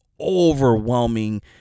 overwhelming